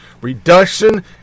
Reduction